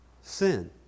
sin